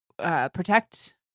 Protect